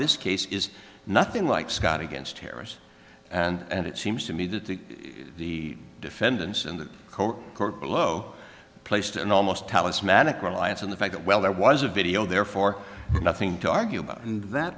this case is nothing like scott against terrorists and it seems to me that the the defendants in the court below placed an almost talismanic reliance on the fact that well there was a video therefore nothing to argue about and that